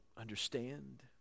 understand